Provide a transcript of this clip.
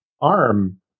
Arm